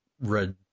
red